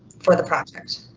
for the project.